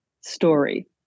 story